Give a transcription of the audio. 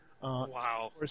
Wow